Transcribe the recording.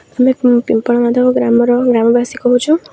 ଆମେ ପିମ୍ପଳମାଧବ ଗ୍ରାମର ଗ୍ରାମବାସୀ କହୁଛୁ